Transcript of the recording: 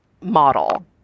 model